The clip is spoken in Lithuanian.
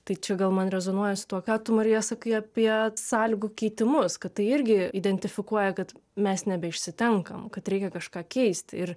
tai čia gal man rezonuoja su tuo ką tu marija sakai apie sąlygų keitimus kad tai irgi identifikuoja kad mes nebeišsitenkam kad reikia kažką keisti ir